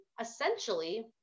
essentially